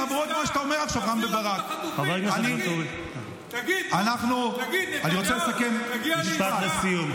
חבר הכנסת ואטורי, משפט לסיום.